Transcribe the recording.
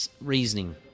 reasoning